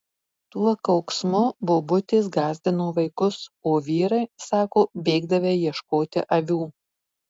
tuo kauksmu bobutės gąsdino vaikus o vyrai sako bėgdavę ieškoti avių